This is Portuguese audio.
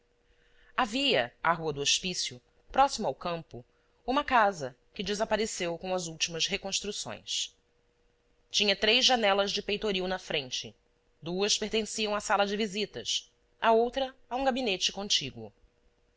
havia à rua do hospício próximo ao campo uma casa que desapareceu com as últimas reconstruções tinha três janelas de peitoril na frente duas pertenciam à sala de visitas a outra a um gabinete contíguo